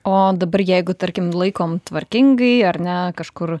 o dabar jeigu tarkim laikom tvarkingai ar ne kažkur